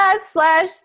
slash